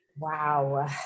Wow